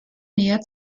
näher